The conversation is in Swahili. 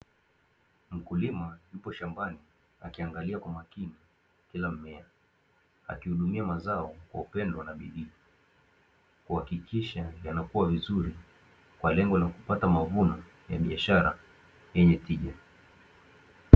Mkulima yupo shambani akiangalia kwa makini kila mmea, akihudumia mazao kwa upendo na bidii, kuhakikisha yanakuwa vizuri kwa lengo la kupata mavuno ya biashara yenye tija.